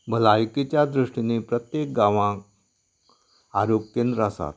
भलायकिच्या दृश्टींत प्रत्येक गांवान आरोग्य केंद्र आसा